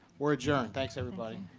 we're adjourned. thanks, everybody.